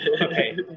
Okay